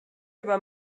über